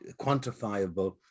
quantifiable